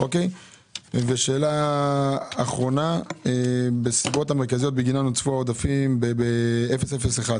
ושאלה אחרונה בסיבות המרכזיות בגינן נוצרו העודפים ב-8001